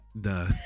Duh